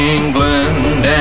England